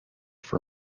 for